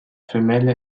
femelle